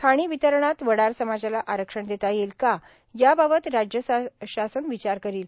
खाणी वितरणात वडार समाजाला आरक्षण देता येईल का याबाबत राज्य शासन विचार करील